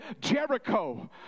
Jericho